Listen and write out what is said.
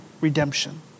redemption